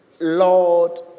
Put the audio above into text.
Lord